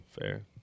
fair